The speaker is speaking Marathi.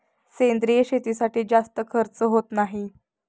सेंद्रिय शेतीसाठी जास्त खर्च होत नाही